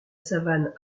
savane